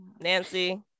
Nancy